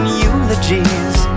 eulogies